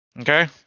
Okay